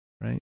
right